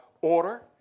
order